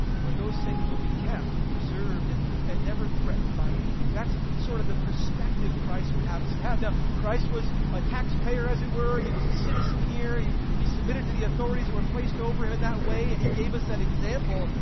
where those things will be kept and preserved and and never threatened by anything. that's sort of the perspective christ would have us to have. now, christ was a taxpayer, as it were. he was a citizen here. he he submitted to the authorities who were placed over him in that way, and he gave us that example,